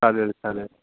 चालेल चालेल